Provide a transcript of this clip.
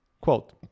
Quote